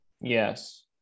Yes